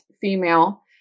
female